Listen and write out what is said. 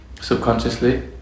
subconsciously